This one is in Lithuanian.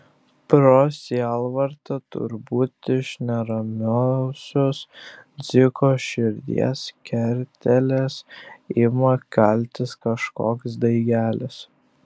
pro sielvartą turbūt iš neramiausios dziko širdies kertelės ima kaltis kažkoks daigelis